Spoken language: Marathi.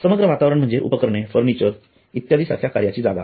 समग्र वातावरण म्हणजे उपकरणे फर्निचर इत्यादी सारख्या कार्याची जागा